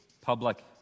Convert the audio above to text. Public